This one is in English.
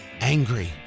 Angry